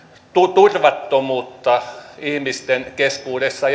turvattomuutta ihmisten keskuudessa